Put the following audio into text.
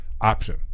option